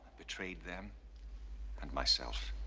betrayed them and myself.